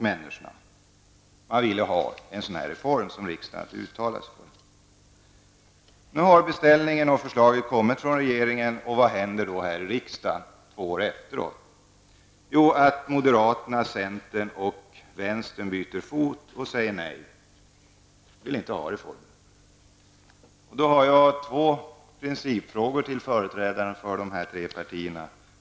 Man ville ha en sådan reform som riksdagen hade uttalat sig för. Nu har beställningen och förslaget kommit från regeringen. Vad händer då här i riksdagen, två år efteråt? Jo, att moderaterna, centern och vänsterpartiet byter fot -- de vill inte ha reformen. Då har jag två principfrågor till företrädarna för de här tre partierna.